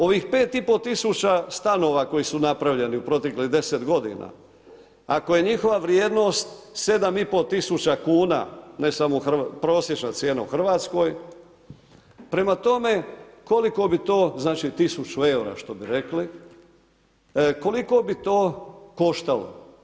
Ovih 5,5 tisuća stanova koji su napravljeni u proteklih deset godina ako je njihova vrijednost 7,5 tisuća kuna ne samo prosječna cijena u Hrvatskoj, prema tome koliko bi to znači tisuću eura što bi rekli, koliko bi to koštalo?